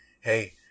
Hey